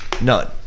None